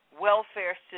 welfare